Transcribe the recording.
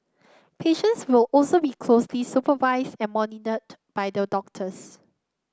patients will also be closely supervised and monitored by the doctors